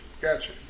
Gotcha